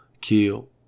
kill